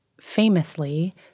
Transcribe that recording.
famously